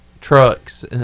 trucks